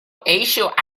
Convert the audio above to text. issue